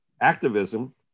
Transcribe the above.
activism